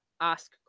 Ask